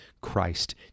Christ